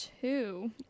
two